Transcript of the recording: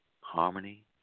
harmony